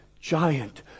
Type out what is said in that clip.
giant